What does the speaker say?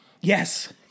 Yes